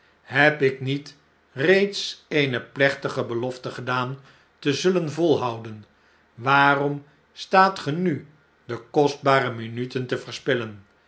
heb ik niet reeds eene plechtige gelofte gedaan te zullen volhouden waarom staat ge nu de kostbare minuten te verspillen